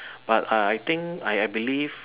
but ah I think I I believe